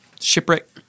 Shipwreck